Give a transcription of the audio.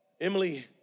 Emily